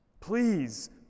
Please